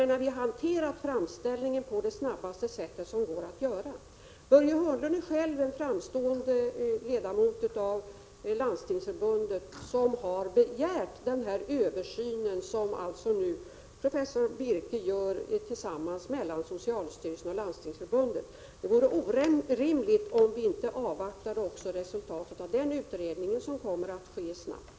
Vi har alltså hanterat framställningen på det snabbaste möjliga sättet. Börje Hörnlund är själv en framstående ledamot av Landstingsförbundet, som har begärt den översyn som professor Birke nu gör tillsammans med socialstyrelsen och Landstingsförbundet. Det vore orimligt om regeringen inte avvaktade också resultatet av den utredningen, som kommer att genomföras snabbt.